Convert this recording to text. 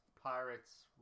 pirates